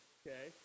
okay